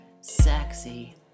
sexy